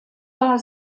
war